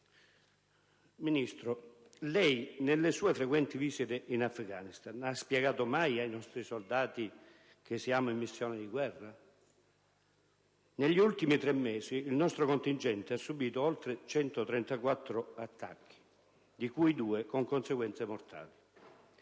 Ministro, nelle sue frequenti visite in Afghanistan ha mai spiegato ai nostri soldati che siamo in missione di guerra? Negli ultimi tre mesi il nostro contingente ha subito oltre 134 attacchi, di cui due con conseguenze mortali.